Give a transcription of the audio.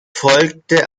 folgte